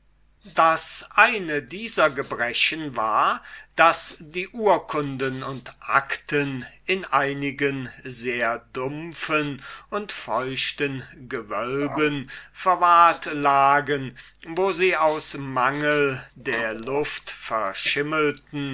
das eine dieser gebrechen war daß die urkunden und acten in einigen sehr dumpfen und feuchten gewölben verwahrt lagen wo sie aus mangel der luft verschimmelten